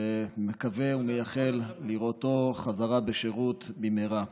ומקווה ומייחל לראותו בחזרה בשירות במהרה.